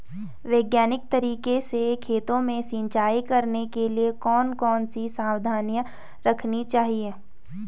वैज्ञानिक तरीके से खेतों में सिंचाई करने के लिए कौन कौन सी सावधानी रखनी चाहिए?